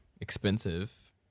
expensive